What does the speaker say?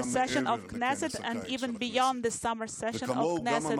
הכנסת וגם מעבר לכנס הקיץ של הכנסת,